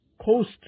coast